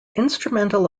instrumental